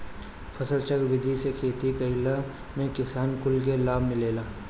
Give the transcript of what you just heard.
फसलचक्र विधि से खेती कईला में किसान कुल के लाभ मिलेला